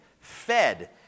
fed